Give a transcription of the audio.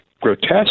grotesque